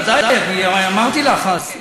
ודאי, אני אמרתי לך אז.